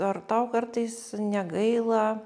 ar tau kartais negaila